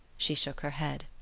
she shook her head.